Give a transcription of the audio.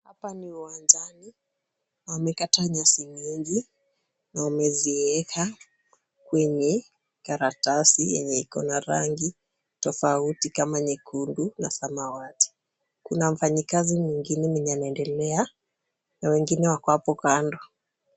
Hapa ni uwanjani, wamekata nyasi nyingi na wameziweka kwenye karatasi yenye iko na rangi tofauti kama nyekundu na samawati. Kuna mfanyikazi mwingine mwenye anaendelea na wengine wako hapo kando.